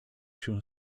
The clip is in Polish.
się